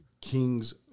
Kings